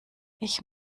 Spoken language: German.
ich